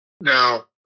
Now